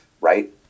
right